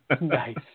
Nice